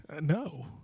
No